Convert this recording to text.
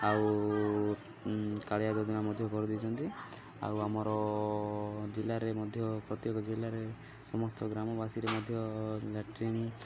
ଆଉ କାଳିଆ ଯୋଜନା ମଧ୍ୟ କରିଦେଇଛନ୍ତି ଆଉ ଆମର ଜିଲ୍ଲାରେ ମଧ୍ୟ ପ୍ରତ୍ୟେକ ଜିଲ୍ଲାରେ ସମସ୍ତ ଗ୍ରାମବାସୀରେ ମଧ୍ୟ ଲାଟ୍ରିନ୍